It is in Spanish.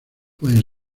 pueden